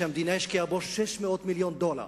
שהמדינה השקיעה בו 600 מיליון דולר.